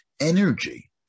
energy